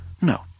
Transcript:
No